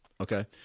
okay